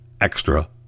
extra